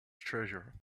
treasure